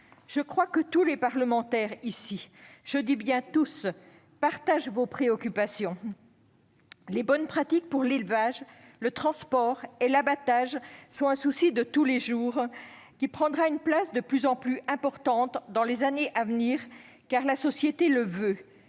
Je crois que tous les parlementaires ici- je dis bien « tous » -partagent vos préoccupations. Les bonnes pratiques en matière d'élevage, de transport et d'abattage sont un souci de tous les jours, qui prendra une place de plus en plus importante dans les années à venir. La société et